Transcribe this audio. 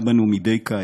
שמכה בנו מדי קיץ,